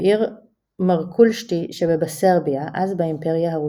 בעיר מרקולשטי שבבסרביה, אז באימפריה הרוסית.